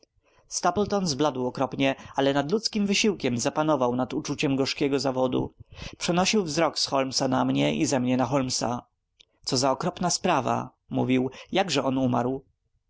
zbiegł z princetown stapleton zbladł okropnie ale nadludzkim wysiłkiem zapanował nad uczuciem gorzkiego zawodu przenosił wzrok z holmesa na mnie i ze mnie na holmesa co za okropna sprawa mówił jakże on umarł